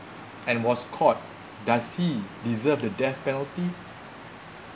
and was caught does he deserve the death penalty